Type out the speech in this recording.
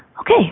Okay